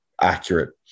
accurate